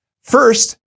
First